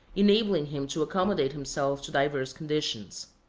enabling him to accommodate himself to diverse conditions.